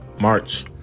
March